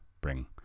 bring